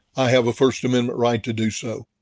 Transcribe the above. i have a first amendment right to do so.